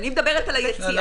אני מדברת על היציאה.